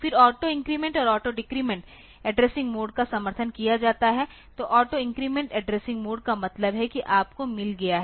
फिर auto increment और auto decrement addressing mode का समर्थन किया जाता है तो ऑटो इन्क्रीमेंट एड्रेसिंग मोड का मतलब है कि आपको मिल गया है